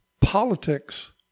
politics